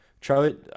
charlie